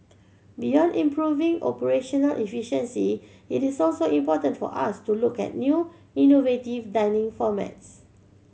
beyond improving operational efficiency it is also important for us to look at new innovative dining formats